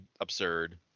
absurd